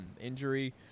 injury